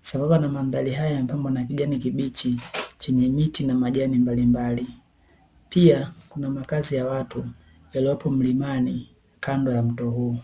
Sambamba na mandhari haya, yamepambwa na kijani kibichi, chenye miti na majani mbalimbali. Pia kuna makazi ya watu, yaliyopo mlimani kando ya mto huu.